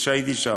כשהייתי שם.